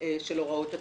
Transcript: הוראות התקשי"ר.